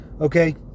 Okay